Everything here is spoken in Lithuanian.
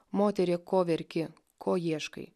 moterie ko verki ko ieškai